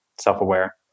self-aware